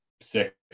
Six